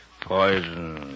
poison